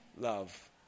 love